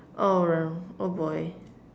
oh um oh boy